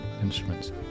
instruments